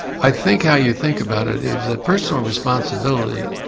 i think how you think about it is that personal responsibility,